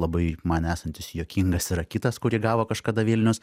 labai man esantis juokingas yra kitas kurį gavo kažkada vilnius